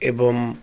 ଏବଂ